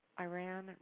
Iran